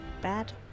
bad